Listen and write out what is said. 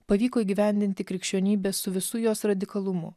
pavyko įgyvendinti krikščionybę su visu jos radikalumu